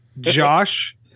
Josh